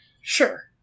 Sure